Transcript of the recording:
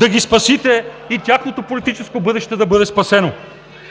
да ги спасите, тяхното политическо бъдеще да бъде спасено.